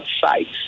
sites